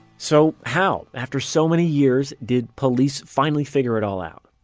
so how, after so many years, did police finally figure it all out?